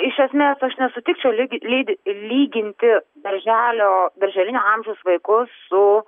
iš esmės aš nesutikčiau ligi lydi lyginti darželio darželinio amžiaus vaikus su